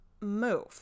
move